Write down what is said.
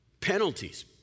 penalties